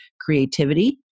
creativity